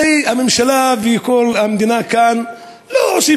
הרי הממשלה וכל המדינה כאן לא עושים